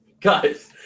Guys